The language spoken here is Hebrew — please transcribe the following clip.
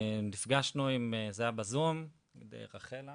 נפגשנו, זה היה בזום, עם רחלה,